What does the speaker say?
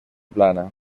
plana